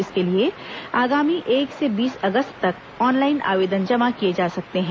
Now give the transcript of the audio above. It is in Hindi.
इसके लिए आगामी एक से बीस अगस्त तक ऑनलाइन आवेदन जमा किए जा सकते हैं